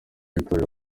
w’itorero